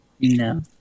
no